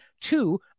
two